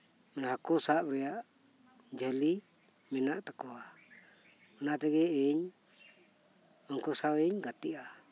ᱦᱟᱠᱩ ᱥᱟᱵᱨᱮᱭᱟᱜ ᱡᱷᱟᱹᱞᱤ ᱢᱮᱱᱟᱜ ᱛᱟᱠᱩᱣᱟ ᱚᱱᱟᱛᱤᱜᱤ ᱤᱧ ᱩᱱᱠᱩ ᱥᱟᱶᱤᱧ ᱜᱟᱛᱤᱜᱼᱟ